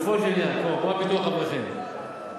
גם בזה אני לגופו של עניין.